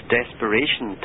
desperation